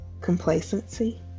complacency